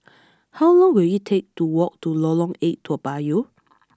how long will it take to walk to Lorong Eight Toa Payoh